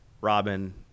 Robin